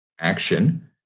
action